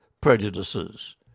prejudices